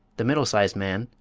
the middle-sized man,